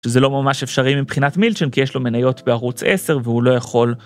שזה לא ממש אפשרי מבחינת מילצ'ן כי יש לו מניות בערוץ 10 והוא לא יכול...